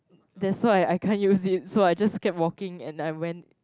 that's why I can't use it so I just keep walking and I went